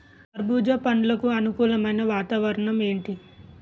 కర్బుజ పండ్లకు అనుకూలమైన వాతావరణం ఏంటి?